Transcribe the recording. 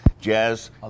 Jazz